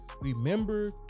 Remember